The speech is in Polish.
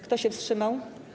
Kto się wstrzymał?